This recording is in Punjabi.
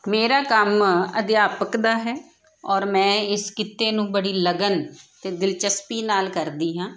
ਮੇਰਾ ਕੰਮ ਅਧਿਆਪਕ ਦਾ ਹੈ ਔਰ ਮੈਂ ਇਸ ਕਿੱਤੇ ਨੂੰ ਬੜੀ ਲਗਨ ਅਤੇ ਦਿਲਚਸਪੀ ਨਾਲ ਕਰਦੀ ਹਾਂ